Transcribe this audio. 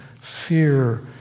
fear